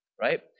right